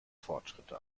fortschritte